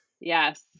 Yes